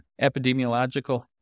Epidemiological